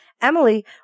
Emily